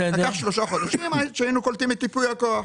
לקח 3 חודשים עד שהיינו קולטים את ייפוי הכוח.